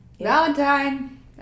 valentine